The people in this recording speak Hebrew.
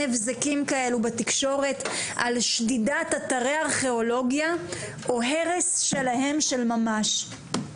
הבזקים כאלה בתקשורת על שדידת אתרי ארכיאולוגיה או הרס שלהם של ממש.